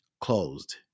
closed